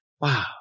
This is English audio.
Wow